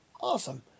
Awesome